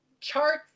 charts